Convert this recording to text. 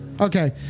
Okay